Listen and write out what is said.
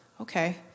okay